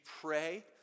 pray